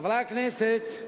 חברי הכנסת,